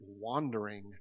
wandering